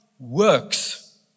Works